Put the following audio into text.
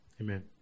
Amen